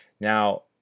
Now